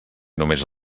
només